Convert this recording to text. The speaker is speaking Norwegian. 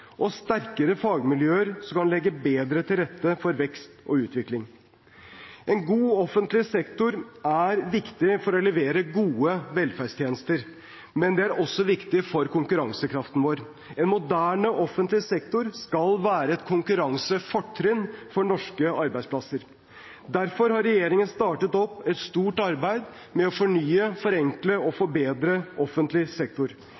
og sterkere fagmiljøer som kan legge bedre til rette for vekst og utvikling. En god offentlig sektor er viktig for å levere gode velferdstjenester, men det er også viktig for konkurransekraften vår. En moderne offentlig sektor skal være et konkurransefortrinn for norske arbeidsplasser. Derfor har regjeringen startet opp et stort arbeid med å fornye, forenkle og forbedre offentlig sektor.